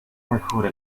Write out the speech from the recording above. mejora